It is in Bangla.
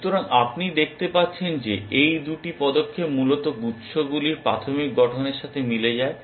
সুতরাং আপনি দেখতে পাচ্ছেন যে এই দুটি পদক্ষেপ মূলত গুচ্ছগুলির প্রাথমিক গঠনের সাথে মিলে যায়